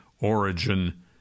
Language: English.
origin